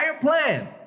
plan